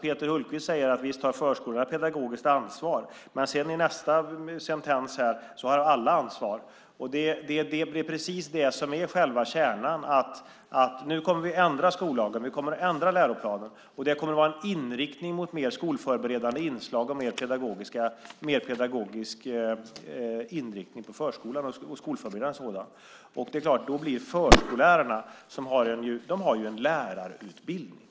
Peter Hultqvist säger att visst har förskollärarna ett pedagogiskt ansvar, men i nästa sentens har alla ansvar. Nu kommer vi att ändra skollagen och läroplanen. Det kommer att vara en inriktning med mer skolförberedande inslag och en mer pedagogisk inriktning på förskolan och en skolförberedande sådan. Förskollärarna har ju en lärarutbildning.